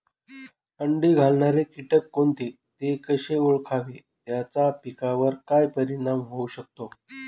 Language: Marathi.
अंडी घालणारे किटक कोणते, ते कसे ओळखावे त्याचा पिकावर काय परिणाम होऊ शकतो?